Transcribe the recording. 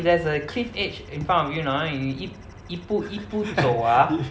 there's a cliff edge in front of you horh and you 一一步一步走 ah